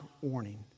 warning